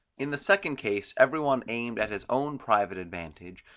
in the second case every one aimed at his own private advantage,